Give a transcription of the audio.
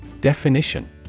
Definition